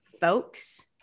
folks